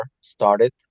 started